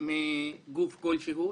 מגוף כלשהו,